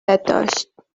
داشت